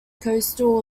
coastal